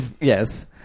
Yes